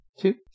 two